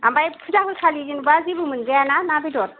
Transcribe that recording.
आमफाय फुजा होखालि जेनेबा जेबो मोनजायाना ना बेदर